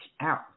out